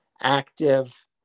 active